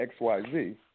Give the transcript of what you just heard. XYZ